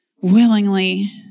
willingly